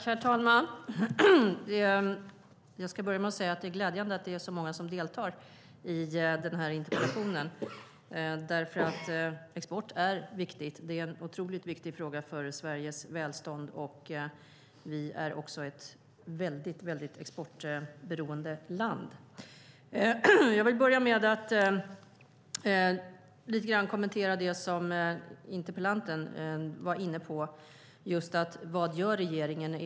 Herr talman! Jag ska börja med att säga att det är glädjande att det är så många som deltar i den här interpellationsdebatten därför att export är viktigt. Det är en otroligt viktig fråga för Sveriges välstånd, och vi är också ett väldigt exportberoende land. Jag vill lite grann kommentera det som interpellanten var inne på, just vad regeringen gör.